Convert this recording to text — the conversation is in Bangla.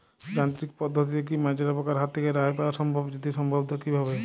যান্ত্রিক পদ্ধতিতে কী মাজরা পোকার হাত থেকে রেহাই পাওয়া সম্ভব যদি সম্ভব তো কী ভাবে?